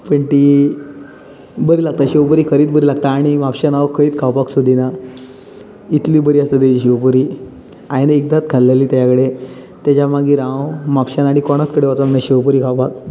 पण ती बरी लागता शेव पूरी खरीत बरी लागता आनी खंय म्हापशांत आनी खंयत खावपाक सोदीना इतली बरी आसता तेजी शेव पूरी आयेन एकदांच खाल्लेली तेजा कडेन तेजा मागीर हांव म्हापशांत कोणात कडेन वचोना शेव पूरी खावपाक